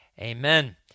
Amen